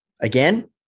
Again